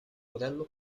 modello